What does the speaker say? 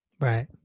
Right